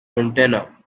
montana